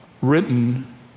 written